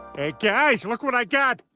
hey, guys, look what i got.